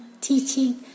teaching